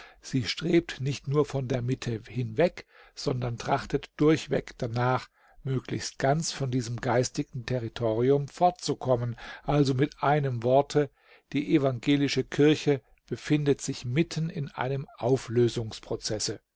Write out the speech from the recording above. sie strebt nicht nur von der mitte hinweg sondern trachtet durchweg danach möglichst ganz von diesem geistigen territorium fortzukommen also mit einem worte die evangelische kirche befindet sich mitten in einem